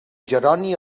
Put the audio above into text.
jeroni